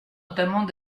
notamment